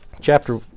chapter